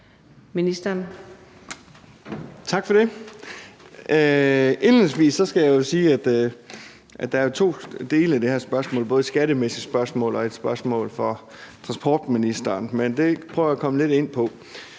Tak for det. Indledningsvis skal jeg sige, at der er to dele i det her spørgsmål. Der er både et skattemæssigt spørgsmål og et spørgsmål for transportministeren, og det kommer jeg tilbage til.